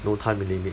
no time limit